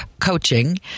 Coaching